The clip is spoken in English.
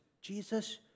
Jesus